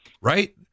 Right